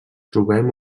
trobem